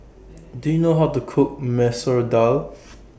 Do YOU know How to Cook Masoor Dal